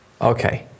okay